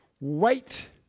wait